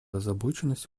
озабоченность